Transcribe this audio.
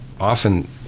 often